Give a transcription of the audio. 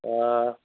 हा